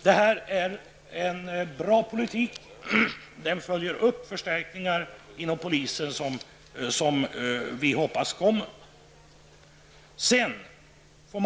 Det är en bra politik -- den följs upp av förstärkningar inom polisen som vi hoppas kommer.